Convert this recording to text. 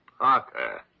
Parker